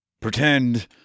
pretend